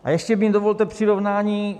A ještě mi dovolte přirovnání.